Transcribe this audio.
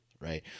Right